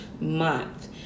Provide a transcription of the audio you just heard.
Month